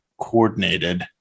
coordinated